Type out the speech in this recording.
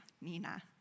Nina